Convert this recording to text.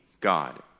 God